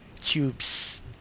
cubes